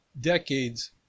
decades